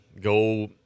go